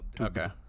Okay